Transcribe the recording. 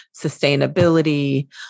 sustainability